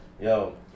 Yo